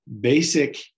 basic